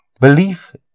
Belief